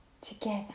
together